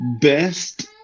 Best